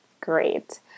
great